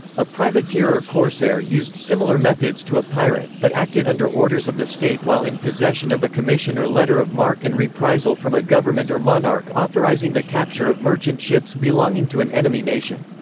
a privateer or corsair used similar methods to a pirate, but acted under orders of the state while in possession of a commission or letter of marque and reprisal from a government or monarch authorizing the capture of merchant ships belonging to an enemy nation.